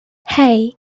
hey